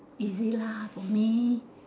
easy lah on me